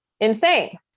insane